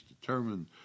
determined